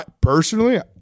personally